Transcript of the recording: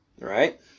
right